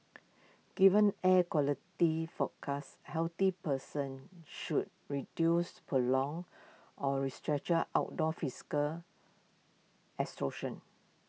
given air quality forecast healthy persons should reduce prolonged or outdoor physical